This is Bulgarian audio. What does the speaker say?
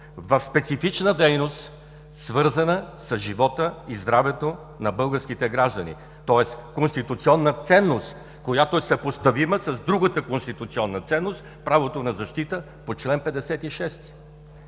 в специфична дейност, свързана с живота и здравето на българските граждани“, тоест конституционна ценност, която е съпоставима с другата конституционна ценност – правото на защита по чл. 56.